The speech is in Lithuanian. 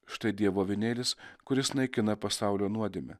štai dievo avinėlis kuris naikina pasaulio nuodėmę